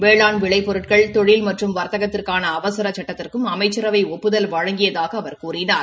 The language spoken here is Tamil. வேளாண் விளைபொருட்கள் தொழில் மற்றும் வாத்தகத்திற்கான அவசர சுட்டத்திற்கும் அமைச்சரவை ஒப்புதல் வழங்கியதாக அவர் கூறினார்